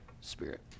spirit